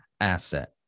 asset